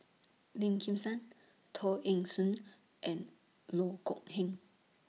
Lim Kim San Teo Eng Seng and Loh Kok Heng